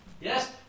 Yes